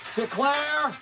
declare